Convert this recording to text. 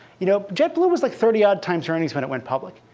you know jetblue was like thirty odd times earnings when it went public.